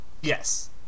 Yes